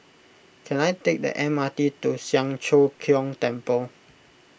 can I take the M R T to Siang Cho Keong Temple